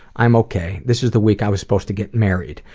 i'm ok. this is the week i was supposed to get married,